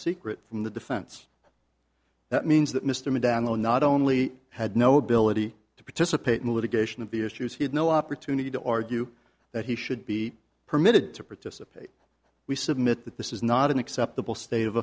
secret from the defense that means that mr mcdaniel not only had no ability to participate in the litigation of the issues he had no opportunity to argue that he should be permitted to participate we submit that this is not an acceptable state of